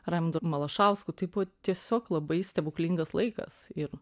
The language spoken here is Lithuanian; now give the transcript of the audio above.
raimundu malašausku tai buvo tiesiog labai stebuklingas laikas ir